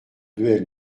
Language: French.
duel